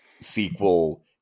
sequel